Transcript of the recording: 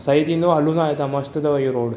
सही थींदो हलूं ता हितां मस्त अथव इहो रोड